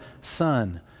Son